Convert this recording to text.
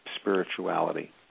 spirituality